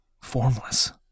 formless